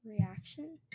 reaction